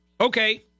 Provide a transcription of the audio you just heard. Okay